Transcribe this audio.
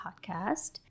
podcast